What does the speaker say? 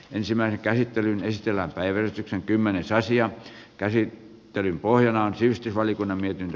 ensimmäinen käsittely ristillä päivystyksen kymmenessä asian käsittelyn pohjana on sivistysvaliokunnan mietintö